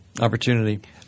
opportunity